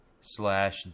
slash